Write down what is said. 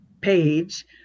page